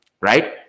Right